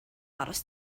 aros